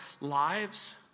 lives